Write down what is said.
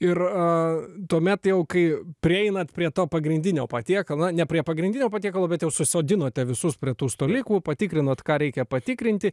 ir tuomet jau kai prieinat prie to pagrindinio patiekalo na ne prie pagrindinio patiekalo bet jau susodinote visus prie tų stalykų patikrinot ką reikia patikrinti